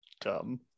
dumb